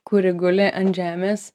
kuri guli ant žemės